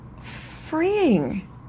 freeing